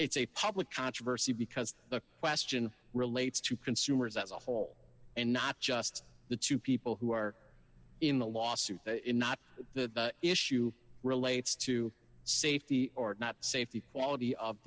it's a public controversy because the question relates to consumers as a whole and not just the two people who are in the lawsuit in not the issue relates to safety or safety quality of